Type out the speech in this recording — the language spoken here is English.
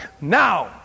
Now